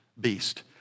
beast